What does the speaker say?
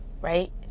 right